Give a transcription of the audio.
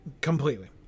completely